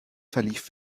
verlief